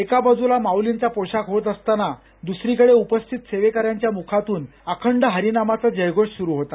एका बाजूला माउलींचा पोशाख होत असताना द्सरीकडे उपस्थित सेवेकऱ्यांच्या मुखातून अखंड हरिनामाचा जयघोष सुरु होता